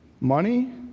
Money